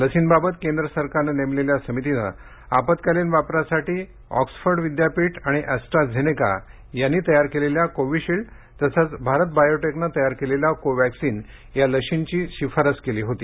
लसींबाबत केंद्र सरकारनं नेमलेल्या समितीनं आपत्कालीन वापरासाठी ऑक्सफोर्ड आणि अॅस्ट्रा झेनेका या कंपन्यांनी तयार केलेल्या कोव्हीशिल्ड तसंच भारत बायोटेकनं तयार केलेल्या कोव्हॅक्सिन या लशींची शिफारस केली होती